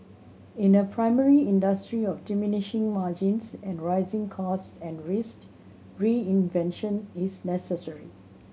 in a primary industry of diminishing margins and rising cost and risk reinvention is necessary